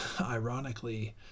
ironically